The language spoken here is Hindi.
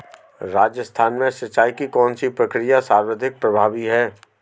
राजस्थान में सिंचाई की कौनसी प्रक्रिया सर्वाधिक प्रभावी है?